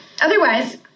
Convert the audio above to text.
Otherwise